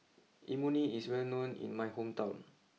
Imoni is well known in my hometown